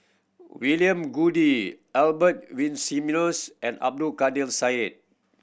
William Goode Albert Winsemius and Abdul Kadir Syed